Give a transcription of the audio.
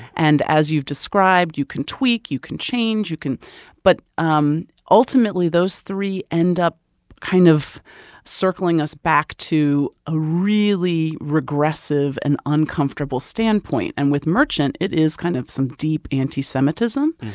and, as you've described, you can tweak, you can change, you can but um ultimately, those three end up kind of circling us back to a really regressive and uncomfortable standpoint. and with merchant, it is kind of some deep anti-semitism.